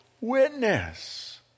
witness